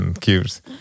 Cubes